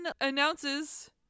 announces